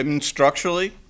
structurally